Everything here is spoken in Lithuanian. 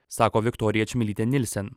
sako viktorija čmilyte nilsen